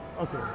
Okay